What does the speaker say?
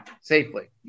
safely